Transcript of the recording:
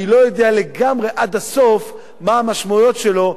לא יודע לגמרי עד הסוף מה המשמעויות שלו,